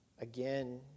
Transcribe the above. again